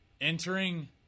entering